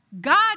God